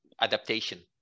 adaptation